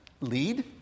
lead